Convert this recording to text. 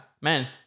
man